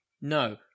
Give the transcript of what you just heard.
No